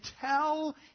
tell